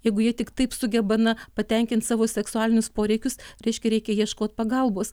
jeigu jie tik taip sugeba na patenkint savo seksualinius poreikius reiškia reikia ieškot pagalbos